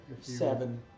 Seven